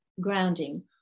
grounding